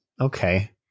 Okay